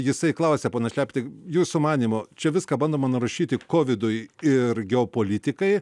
jisai klausia ponas skeptikai jūsų manymu čia viską bandoma nurašyti kovidui ir geopolitikai